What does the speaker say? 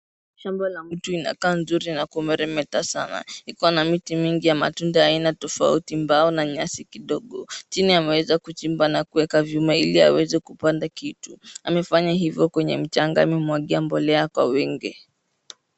Shamba la mtu inakaa nzuri na kumeremeta sana ikona miti mingi ya matunda ya aina tofauti mbao na nyasi kidogo chini ameweza kuchimba na kuweka vyuma ili aweze kupanda kitu amefanya hivo kwenye mchanga mbolea kwa wingi.